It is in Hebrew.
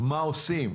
מה עושים?